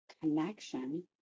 connection